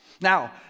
Now